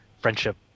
friendship